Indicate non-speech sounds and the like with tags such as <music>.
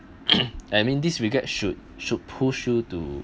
<coughs> I mean this regret should should push you to